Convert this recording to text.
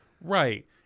Right